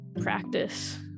practice